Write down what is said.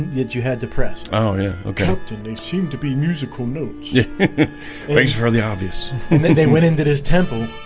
did you had to press oh? yeah? oh captain? they seemed to be musical news thanks for the obvious and they they went into his temple,